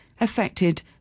affected